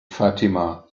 fatima